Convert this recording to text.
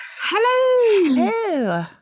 Hello